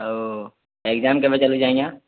ଆଉ ଏଗ୍ଜାମ୍ କେବେ ଚାଲୁଛେ ଆଜ୍ଞା